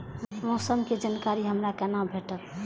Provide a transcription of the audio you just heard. मौसम के जानकारी हमरा केना भेटैत?